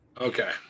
Okay